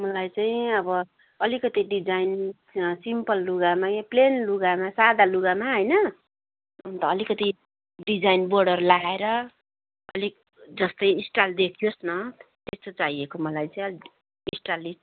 मलाई चाहिँ अब अलिकति डिजाइन सिम्पल लुगामा प्लेन लुगामा सादा लुगामा होइन अन्त अलिकति डिजाइन बोर्डर लागाएर अलिक जस्तै स्टाइल देखियोस् न त्यस्तो चाहिएको मलाई चाहिँ अलिकति स्टाइलिस